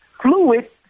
fluid